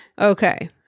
Okay